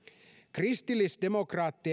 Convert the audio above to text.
kristillisdemokraattien